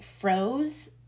froze